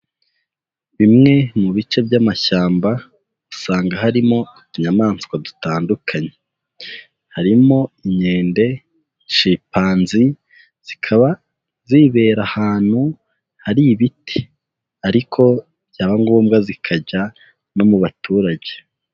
Bimwe mu bice by'amashyamba usanga harimo utunyamaswa dutandukanye, harimo inkende, chimpanzee zikaba zibera ahantu hari ibiti ariko byaba ngombwa zikajya no mu baturage.